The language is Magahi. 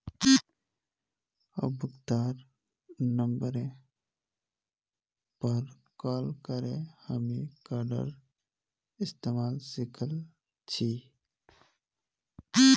उपभोक्तार नंबरेर पर कॉल करे हामी कार्डेर इस्तमाल सिखल छि